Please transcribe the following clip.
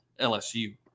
lsu